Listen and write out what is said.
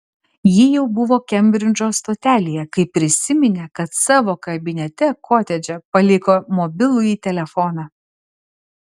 ji jau buvo kembridžo stotelėje kai prisiminė kad savo kabinete koledže paliko mobilųjį telefoną